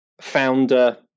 founder